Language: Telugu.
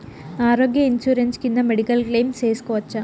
ఆరోగ్య ఇన్సూరెన్సు కింద మెడికల్ క్లెయిమ్ సేసుకోవచ్చా?